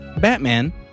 Batman